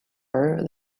her